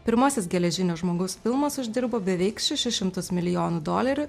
pirmasis geležinio žmogaus filmas uždirbo beveik šešis šimtus milijonų dolerių